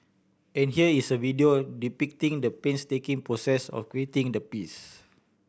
and here is a video depicting the painstaking process of creating the piece